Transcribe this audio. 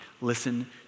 listen